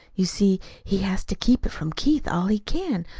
you see, he has to keep it from keith all he can,